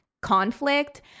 conflict